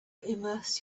immerse